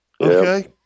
Okay